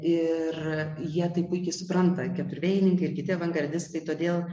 ir jie tai puikiai supranta keturvėjininkai ir kiti avangardistai todėl